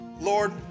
Lord